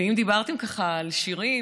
ואם דיברתם על שירים,